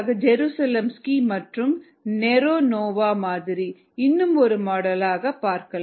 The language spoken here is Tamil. ஜெருசலிம்ஸ்கி மற்றும் நெரோனோவா மாதிரியான இன்னும் ஒரு மாடலை நாம் பார்க்கலாம்